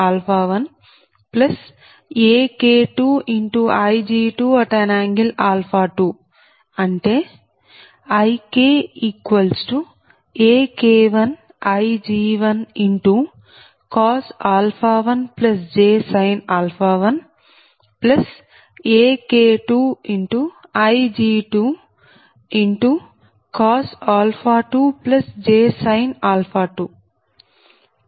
దాని అర్థం IKAK1Ig11AK2Ig22 అంటే IKAK1Ig11 j1 AK2Ig22 j2